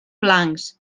blancs